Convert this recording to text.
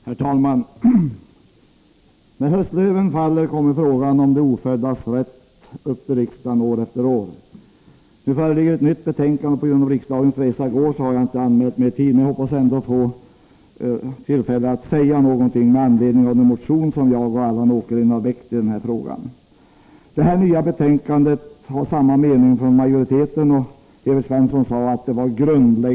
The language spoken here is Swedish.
Herr talman! Varje år när höstlöven faller kommer frågan om de oföddas rätt upp i riksdagen. Nu föreligger ett nytt betänkande därom. Till följd av riksdagens resa i går har jag inte anmält mig i tid, men jag hoppas ändå få tillfälle att säga några ord med anledning av den motion som Allan Åkerlind och jag har väckt i denna fråga. Evert Svensson sade att det i utskottet var en grundläggande enighet om betänkandet.